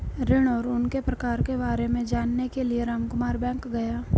ऋण और उनके प्रकार के बारे में जानने के लिए रामकुमार बैंक गया